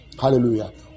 hallelujah